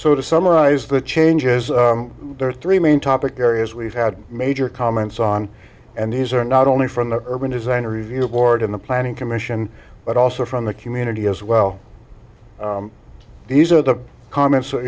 so to summarize the changes there are three main topic areas we've had major comments on and these are not only from the urban design review board in the planning commission but also from the community as well these are the